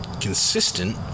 consistent